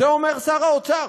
את זה אומר שר האוצר,